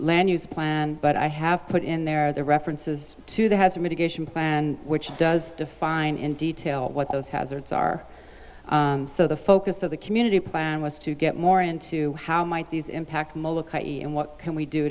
land use plan but i have put in their references to the has a mitigation plan which does define in detail what those hazards are so the focus of the community plan was to get more into how might these impact molokai and what can we do